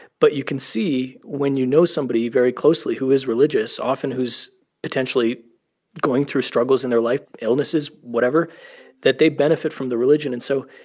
but you can see when you know somebody very closely who is religious, often who's potentially going through struggles in their life illnesses, whatever that they benefit from the religion. and so